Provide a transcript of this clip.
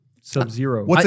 Sub-zero